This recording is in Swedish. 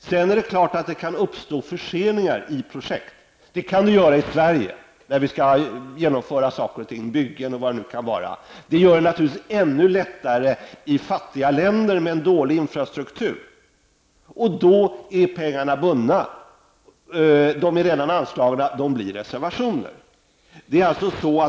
Sedan är det klart att det kan uppstå förseningar i projekt. Detta kan ske i Sverige när vi skall genomföra olika saker, t.ex. byggen. Och detta kan naturligtvis ske ännu lättare i fattiga länder med en dålig infrastruktur. Då är pengarna bundna, de är redan anslagna, och de blir reservationer.